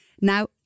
Now